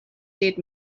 dead